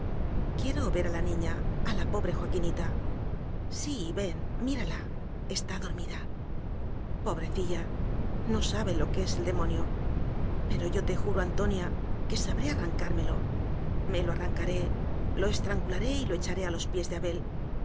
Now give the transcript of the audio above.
quiero ver a la niña a la pobre joaquinita sí ven mírala está dormida pobrecilla no sabe lo que es el demonio pero yo te juro antonia que sabré arran cármelo me lo arrancaré lo estrangularé y lo echaré a los pies de abel